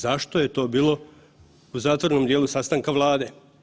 Zašto je to bilo u zatvorenom dijelu sastanka Vlade?